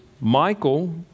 Michael